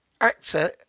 actor